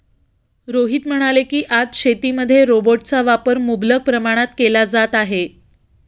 रोहित म्हणाले की, आज शेतीमध्ये रोबोटचा वापर मुबलक प्रमाणात केला जात आहे